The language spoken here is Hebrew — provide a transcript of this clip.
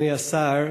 אדוני השר,